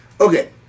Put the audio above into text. Okay